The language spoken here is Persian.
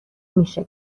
میشه